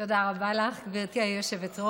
תודה רבה לך, גברתי היושבת-ראש.